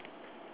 ya